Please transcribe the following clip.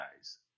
guys